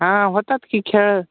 हा होतात की खेळ